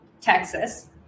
Texas